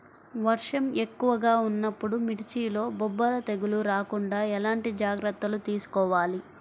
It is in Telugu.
వర్షం ఎక్కువగా ఉన్నప్పుడు మిర్చిలో బొబ్బర తెగులు రాకుండా ఎలాంటి జాగ్రత్తలు తీసుకోవాలి?